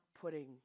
putting